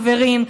חברים,